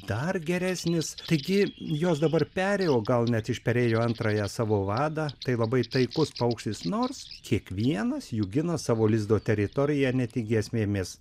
dar geresnis taigi jos dabar peri o gal net išperėjo antrąją savo vadą tai labai taikus paukštis nors kiekvienas jų gina savo lizdo teritoriją ne tik giesmėmis